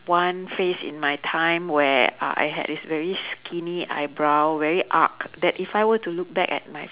one phase in my time where uh I had this very skinny eyebrow very arched that if I were to look back at my